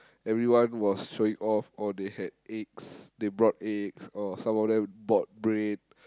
everyone was showing off oh they had eggs they brought eggs or some of them brought bread